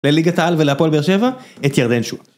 לליגת העל ולהפועל באר שבע את ירדן שועה